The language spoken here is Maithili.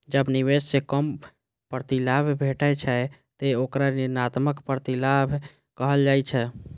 जब निवेश सं कम प्रतिलाभ भेटै छै, ते ओकरा ऋणात्मक प्रतिलाभ कहल जाइ छै